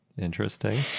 interesting